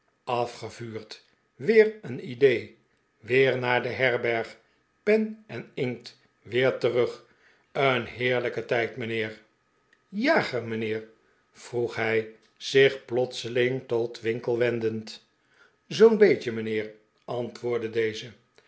afgevuurd weer een idee weer naar de herberg pen en inkt weer terug een heerlijke tijd mijnheer jager mijnheer vroeg hij zich plotseling tot winkle wendend zoo'n beetje mijnheer antwoordde deze